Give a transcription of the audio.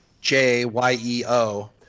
J-Y-E-O